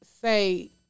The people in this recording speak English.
say